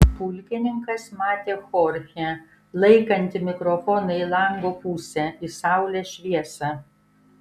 pulkininkas matė chorchę laikantį mikrofoną į lango pusę į saulės šviesą